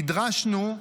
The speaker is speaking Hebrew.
נדרשנו,